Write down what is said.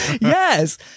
Yes